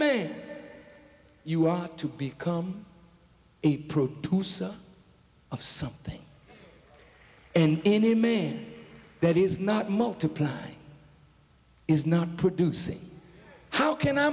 man you are to become a produce or of something and in me that is not multiply is not producing how can i